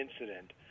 incident